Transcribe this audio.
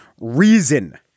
reason